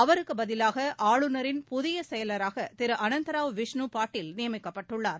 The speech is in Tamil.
அவருக்குப் பதிவாக ஆளுநரின் புதிய செயலராக திரு ஆளந்தராவ் விஷ்ணு பாட்டில் நியமிக்கப்பட்டுள்ளார்